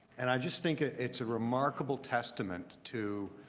and i just think it's a remarkable testament to